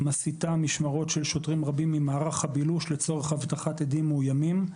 מסיטה משמרות של שוטרים רבים ממערך הבילוש לצורך אבטחת עדים מאוימים.